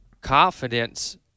confidence